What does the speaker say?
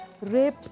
rape